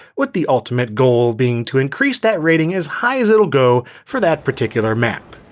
with the ultimate goal being to increase that rating as high as it'll go for that particular map.